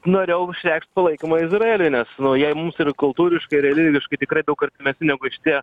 norėjau išreikšt palaikymą izraeliui nes nu jei mums ir kultūriškai ir religiškai tikrai daug artimesni negu šitie